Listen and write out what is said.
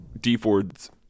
D-Ford's